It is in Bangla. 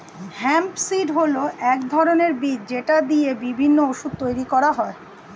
হেম্প সীড হল এক ধরনের বীজ যেটা দিয়ে বিভিন্ন ওষুধ তৈরি করা হয়